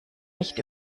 nicht